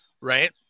right